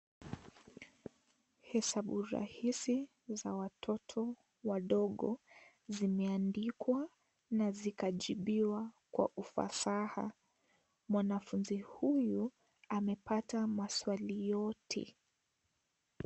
Hisabu rahisi za watoto wadogo zimeandikwa na zikajibiwa Kwa ufasaha. Mwanafunzi huyu amepata maswali yote.